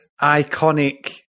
iconic